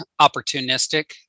opportunistic